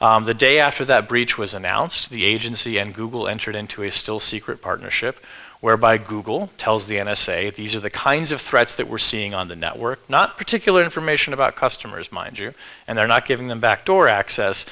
here the day after that breach was announced to the agency and google entered into a still secret partnership whereby google tells the n s a these are the kinds of threats that we're seeing on the network not particular information about customers mind you and they're not giving them back door access